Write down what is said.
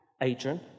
Adrian